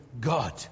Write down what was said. God